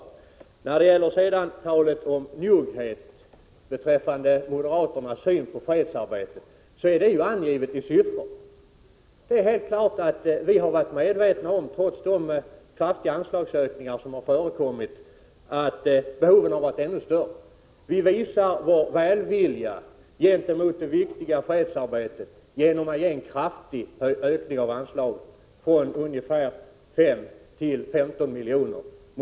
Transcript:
Den njugghet som jag har talat om beträffande moderaternas syn på fredsarbetet finns angiven i siffror. Det är helt klart att vi har varit medvetna om, trots de kraftiga anslagsökningar som förekommit, att behoven har varit ännu större. Vi visar vår välvilja gentemot det viktiga fredsarbetet genom att kraftigt öka anslaget från ungefär 5 till 15 milj.kr.